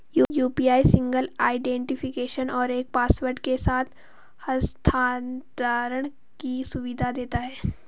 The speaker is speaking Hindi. यू.पी.आई सिंगल आईडेंटिफिकेशन और एक पासवर्ड के साथ हस्थानांतरण की सुविधा देता है